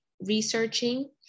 researching